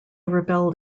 rebelled